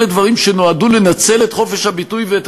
אלה דברים שנועדו לנצל את חופש הביטוי ואת